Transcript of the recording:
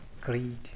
greed